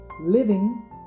living